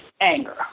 anger